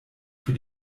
für